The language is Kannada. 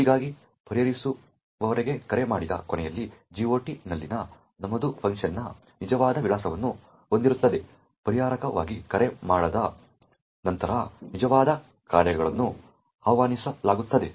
ಹೀಗಾಗಿ ಪರಿಹರಿಸುವವರಿಗೆ ಕರೆ ಮಾಡಿದ ಕೊನೆಯಲ್ಲಿ GOT ನಲ್ಲಿನ ನಮೂದು ಫಂಕ್ನ ನಿಜವಾದ ವಿಳಾಸವನ್ನು ಹೊಂದಿರುತ್ತದೆ ಪರಿಹಾರಕಾರರಿಗೆ ಕರೆ ಮಾಡಿದ ನಂತರ ನಿಜವಾದ ಕಾರ್ಯಗಳನ್ನು ಆಹ್ವಾನಿಸಲಾಗುತ್ತದೆ